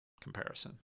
comparison